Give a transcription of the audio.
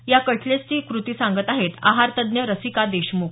या कटलेट्सची कृती सांगत आहेत आहातज्ज्ञ रसिका देशमुख